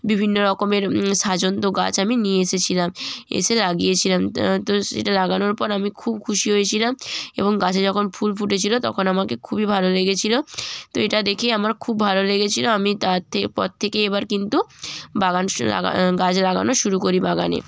বিভিন্ন রকমের সাজন্ত গাছ আমি নিয়ে এসেছিলাম এসে লাগিয়েছিলাম তো সেটা লাগানোর পর আমি খুব খুশি হয়েছিলাম এবং গাছে যখন ফুল ফুটেছিলো তখন আমাকে খুবই ভালো লেগেছিলো তো এটা দেখে আমার খুব ভালো লেগেছিলো আমি তার থেকে পর থেকে এবার কিন্তু বাগান শ লাগা গাছ লাগানো শুরু করি বাগানে